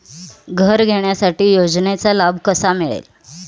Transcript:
घर घेण्यासाठी योजनेचा लाभ कसा मिळेल?